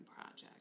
project